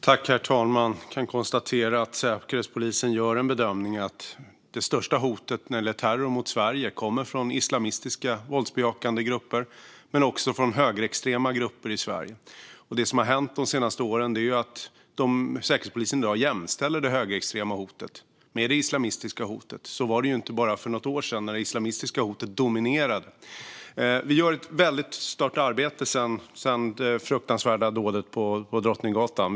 Herr talman! Jag kan konstatera att Säkerhetspolisen gör bedömningen att det största hotet när det gäller terror mot Sverige kommer från islamistiska våldsbejakande grupper men också från högerextrema grupper i Sverige. Det som har hänt de senaste åren gör att Säkerhetspolisen i dag jämställer det högerextrema hotet med det islamistiska hotet. Så var det inte för bara något år sedan, när det islamistiska hotet dominerade. Vi gör ett väldigt stort arbete sedan det fruktansvärda dådet på Drottninggatan.